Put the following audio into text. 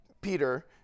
Peter